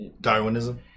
Darwinism